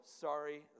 sorry